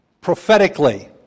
prophetically